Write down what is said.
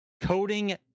coding